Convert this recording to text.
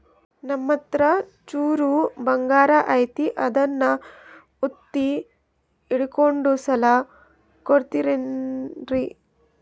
ನಮ್ಮಹತ್ರ ಚೂರು ಬಂಗಾರ ಐತಿ ಅದನ್ನ ಒತ್ತಿ ಇಟ್ಕೊಂಡು ಸಾಲ ಕೊಡ್ತಿರೇನ್ರಿ?